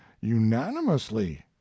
unanimously